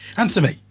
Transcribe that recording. answer me!